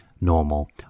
normal